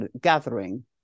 gathering